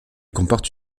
comporte